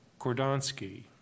Kordonsky